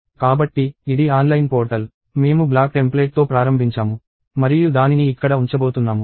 కాబట్టి ఇది online portal మేము బ్లాక్ టెంప్లేట్తో ప్రారంభించాము మరియు దానిని ఇక్కడ ఉంచబోతున్నాము